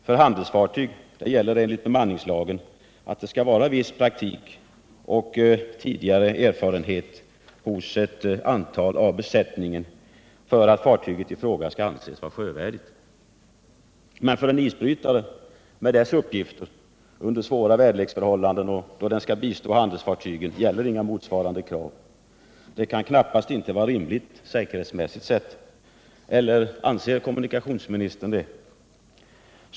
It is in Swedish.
För handelsfartyg gäller enligt bemanningslagen att ett antal medlemmar av besättningen skall ha viss praktik och tidigare erfarenhet för att fartyget i fråga skall anses sjövärdigt. Men för en isbrytare med dess uppgifter att under svåra väderleksförhållanden bistå handelsfartygen gäller inga motsvarande krav. Det kan knappast vara rimligt säkerhetsmässigt sett, eller anser kommunikationsministern det?